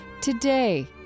Today